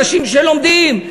אנשים שלומדים,